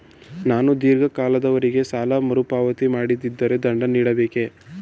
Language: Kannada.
ನಾನು ಧೀರ್ಘ ಕಾಲದವರೆ ಸಾಲ ಮರುಪಾವತಿ ಮಾಡದಿದ್ದರೆ ದಂಡ ನೀಡಬೇಕೇ?